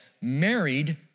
married